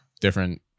different